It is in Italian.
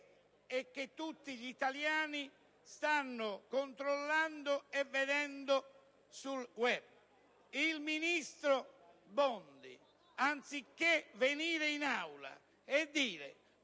che tutti gli italiani stanno vedendo sul *web.* Il ministro Bondi, anziché venire in Aula e dire,